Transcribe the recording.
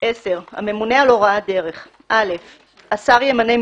הממונה על הוראת דרך 10. השר ימנה,